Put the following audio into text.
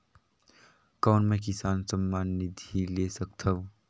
कौन मै किसान सम्मान निधि ले सकथौं?